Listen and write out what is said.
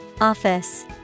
Office